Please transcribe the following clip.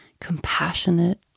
compassionate